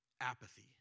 apathy